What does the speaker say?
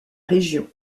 région